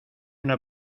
una